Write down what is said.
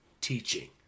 teaching